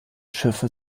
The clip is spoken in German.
schiffe